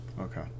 okay